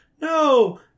no